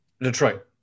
Detroit